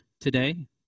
today